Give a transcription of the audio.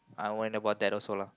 I went about that also lah